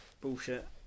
bullshit